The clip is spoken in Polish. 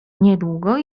niedługo